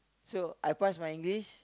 so I passed my English